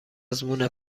آزمون